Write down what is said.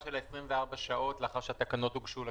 של 24 שעות לאחר שהתקנות הוגשו לכנסת.